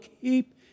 keep